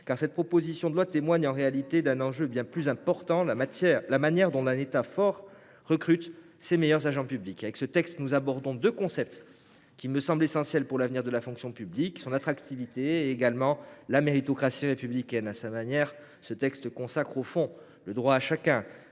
car cette proposition de loi témoigne, en réalité, d’un enjeu bien plus important : la manière dont un État fort recrute ses meilleurs agents publics. Avec ce texte, nous abordons deux concepts qui me semblent essentiels pour l’avenir de la fonction publique, à savoir l’attractivité et la méritocratie républicaine. À sa manière, cette proposition de loi consacre, au fond, le droit de chacun